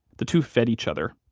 the two fed each other.